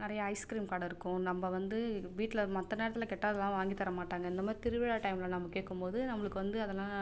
நிறையா ஐஸ்கிரீம் கடை இருக்கும் நம்ம வந்து வீட்டில மற்ற நேரத்தில் கேட்டால் அதெல்லாம் வாங்கித் தர மாட்டாங்கள் இந்த மாதிரி திருவிழா டைம்ல நம்ம கேட்கும் போது நம்மளுக்கு வந்து அதெல்லாம்